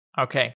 Okay